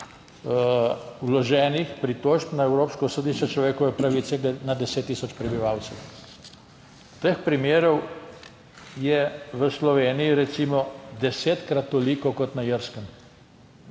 vloženih pritožb na Evropsko sodišče za človekove pravice na 10 tisoč prebivalcev. Teh primerov je v Sloveniji recimo desetkrat toliko kot na Irskem.